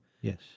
Yes